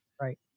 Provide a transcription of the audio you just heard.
Right